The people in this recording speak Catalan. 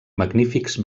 magnífics